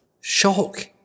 shock